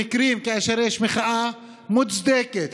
במקרים שבהם יש מחאה מוצדקת,